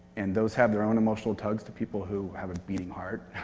and those have their own emotional tugs to people who have a beating heart.